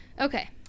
Okay